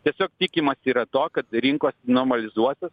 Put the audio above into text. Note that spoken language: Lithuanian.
tiesiog tikimasi yra to kad rinkos normalizuosis